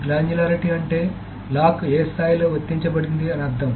granularity అంటే lock ఏ స్థాయిలో వర్తించబడుతుంది అని అర్థం